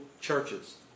churches